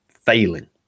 failing